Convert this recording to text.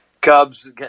Cubs